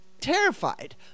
terrified